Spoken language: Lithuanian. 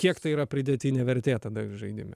kiek tai yra pridėtinė vertė tada žaidime